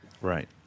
Right